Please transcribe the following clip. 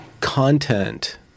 content